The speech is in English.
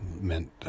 meant